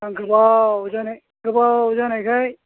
आं गोबाव जानायखाय